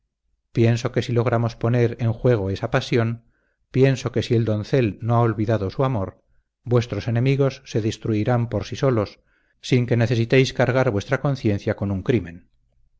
pienso que si logramos poner en juego esa pasión pienso que si el doncel no ha olvidado su amor vuestros enemigos se destruirán por sí solos sin que necesitéis cargar vuestra conciencia con un crimen